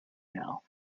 now